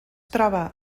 troba